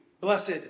blessed